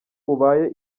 ubaye